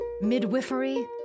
Midwifery